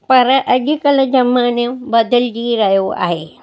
पर अॼुकल्ह ज़मानो बदिलिजी रहियो आहे